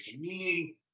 meaning